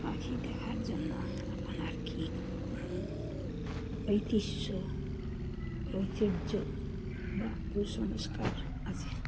পাখি দেখার জন্য আপনার কি কোন ঐতিহ্য ঐতিহ্য বা কুসংস্কার আছে